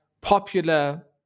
Popular